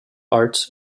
arts